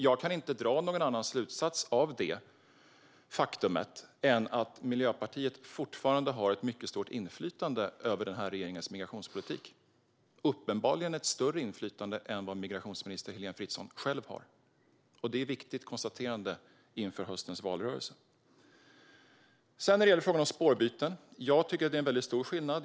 Jag kan inte dra någon annan slutsats av detta faktum än att Miljöpartiet fortfarande har ett mycket stort inflytande över denna regerings migrationspolitik, uppenbarligen ett större inflytande än vad migrationsminister Heléne Fritzon själv har. Det är ett viktigt konstaterande inför höstens valrörelse. När det gäller frågan om spårbyten tycker jag att det är en mycket stor skillnad.